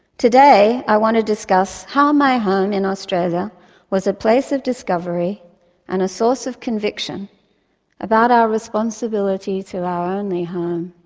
i want to discuss how my home in australia was a place of discovery and a source of conviction about our responsibility to our only home,